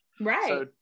right